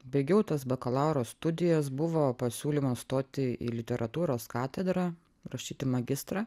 baigiau tas bakalauro studijas buvo pasiūlymas stoti į literatūros katedrą rašyti magistrą